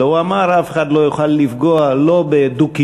אלא הוא אמר: אף אחד לא יוכל לפגוע לא בדו-קיום